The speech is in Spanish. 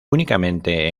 únicamente